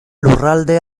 lurralde